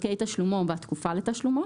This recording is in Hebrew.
דרכי תשלומו והתקופה לתשלומו.